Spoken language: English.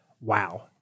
wow